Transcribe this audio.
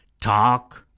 Talk